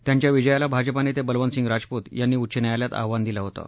त्यांच्या विजयाला भाजपा नेते बलवंतसिंग राजपुत यांनी उच्च न्यायालयात आव्हान दिलं होतं